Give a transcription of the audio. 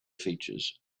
features